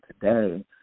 today